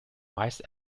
meist